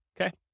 Okay